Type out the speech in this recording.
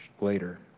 later